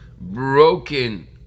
broken